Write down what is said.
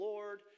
Lord